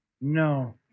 No